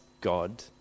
God